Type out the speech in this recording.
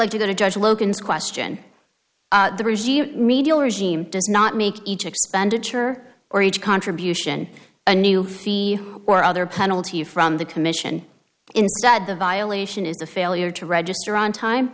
like to go to judge logan's question the regime medial regime does not make each expenditure or each contribution a new fee or other penalty from the commission instead the violation is a failure to register on time